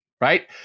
right